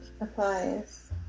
Applies